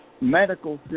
medical